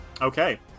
Okay